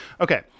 okay